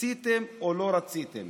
רציתם או לא רציתם.